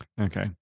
Okay